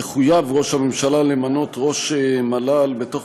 יחויב ראש הממשלה למנות ראש מל"ל בתוך